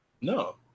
No